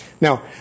Now